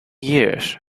years